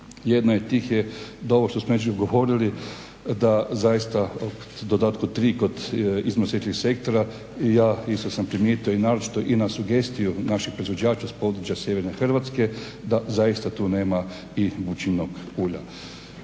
Jedna od tih je da ono što smo već govorili da zaista u dodatku tri kod iznosećih sektora, ja isto sam primijetio i naročito i na sugestiju naših proizvođača s područja Sjeverne Hrvatske da zaista tu nema i bučinog ulja.